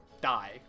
die